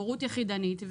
הורות יחידנית,